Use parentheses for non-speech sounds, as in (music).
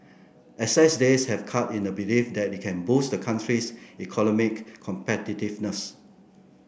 excess days have cut in a belief that it can boost the country's (unintelligible) competitiveness